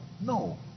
no